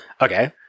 Okay